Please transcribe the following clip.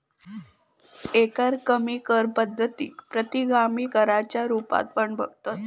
एकरकमी कर पद्धतीक प्रतिगामी कराच्या रुपात पण बघतत